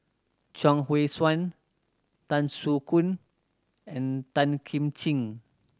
Chuang Hui Tsuan Tan Soo Khoon and Tan Kim Ching